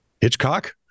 Hitchcock